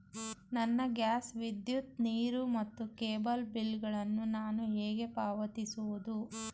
ನನ್ನ ಗ್ಯಾಸ್, ವಿದ್ಯುತ್, ನೀರು ಮತ್ತು ಕೇಬಲ್ ಬಿಲ್ ಗಳನ್ನು ನಾನು ಹೇಗೆ ಪಾವತಿಸುವುದು?